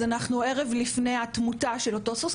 אז אנחנו ערב לפני התמונה של אותו הסוס,